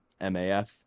MAF